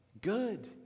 Good